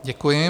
Děkuji.